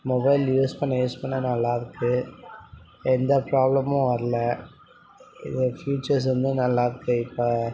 mobile use பண்ண use பண்ண நல்லாயிருக்கு எந்த ப்ராப்ளமும் வரல இதோட ப்யூச்சர்ஸ் வந்து நல்லாயிருக்கு இப்போ